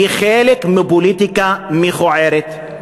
היא חלק מפוליטיקה מכוערת,